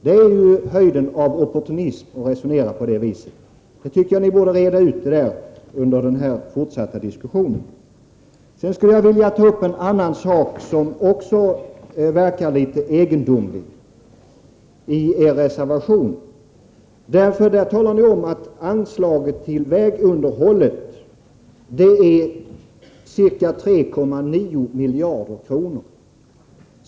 Det är ju höjden av opportunism att resonera på det viset. Jag tycker att ni borde reda ut detta under den fortsatta diskussionen. Sedan skulle jag vilja ta upp en annan sak som också verkar litet egendomlig i er reservation. Där talar ni om att anslaget till vägunderhåll är ca 3,9 miljarder kronor.